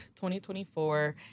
2024